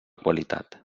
qualitat